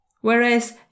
Whereas